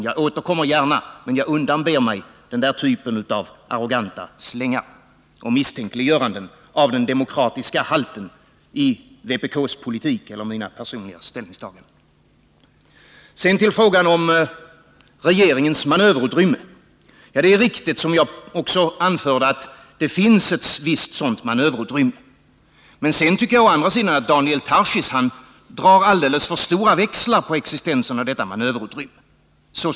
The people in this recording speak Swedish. Jag återkommer gärna, men jag undanber mig den här typen av arroganta slängar mot och misstänkliggöranden av den demokratiska halten i vpk:s politik eller mina personliga ställningstaganden. Så till frågan om regeringens manöverutrymme. Det är riktigt, vilket jag också anförde, att det finns ett visst sådant manöverutrymme. Men å andra sidan drar Daniel Tarschys alldeles för stora växlar på existensen av detta manöverutrymme.